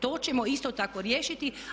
To ćemo isto tako riješiti.